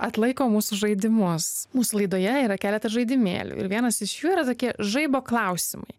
atlaiko mūsų žaidimus mūsų laidoje yra keletas žaidimėlių ir vienas iš jų yra tokie žaibo klausimai